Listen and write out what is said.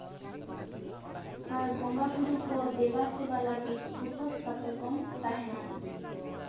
ᱟᱨ ᱵᱚᱸᱜᱟ ᱵᱳᱨᱳ ᱠᱚ ᱫᱮᱵᱟ ᱥᱮᱵᱟ ᱞᱟᱹᱜᱤᱫ ᱩᱯᱟᱹᱥ ᱠᱟᱛᱮᱜ ᱵᱚᱱ ᱛᱟᱦᱮᱱᱟ